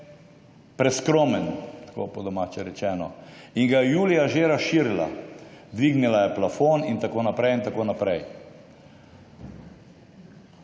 preskromen, po domače rečeno. In ga je julija že razširila, dvignila je plafon in tako naprej in tako naprej.